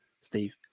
Steve